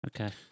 Okay